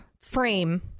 Frame